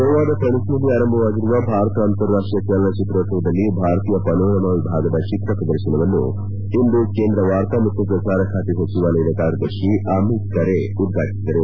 ಗೋವಾದ ಪಣಜಿಯಲ್ಲಿ ಆರಂಭವಾಗಿರುವ ಭಾರತ ಅಂತಾರಾಷ್ಷೀಯ ಚಲನಚಿತ್ರೋತ್ಸವದಲ್ಲಿ ಭಾರತೀಯ ಪನೋರಮಾ ವಿಭಾಗದ ಚಿತ್ರ ಪ್ರದರ್ಶನವನ್ನು ಇಂದು ಕೇಂದ್ರ ವಾರ್ತಾ ಮತ್ತು ಪ್ರಸಾರ ಖಾತೆ ಸಚಿವಾಲಯದ ಕಾರ್ಯದರ್ಶಿ ಅಮಿತ್ ಖರೆ ಇಂದು ಉದ್ಘಾಟಿಸಿದರು